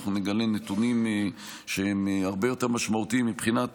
אנחנו נגלה נתונים שהם הרבה יותר משמעותיים מבחינת